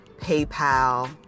PayPal